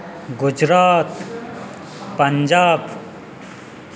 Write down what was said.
Gujarat Punjab